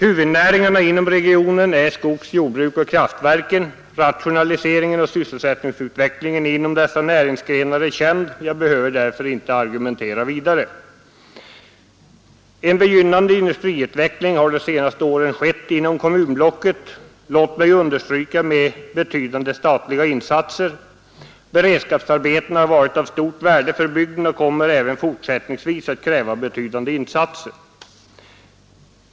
Huvudnäringarna inom regionen är skogsoch jordbruk samt kraftverken. Rationaliseringen och sysselsättningsutvecklingen inom dessa näringsgrenar är känd. Jag behöver därför inte argumentera vidare. En begynnande industriutveckling har de senaste åren skett inom kommunblocket med — låt mig understryka det — betydande statliga insatser. Beredskapsarbeten har varit av stort värde för bygden och kommer även fortsättningsvis att kräva betydande insatser.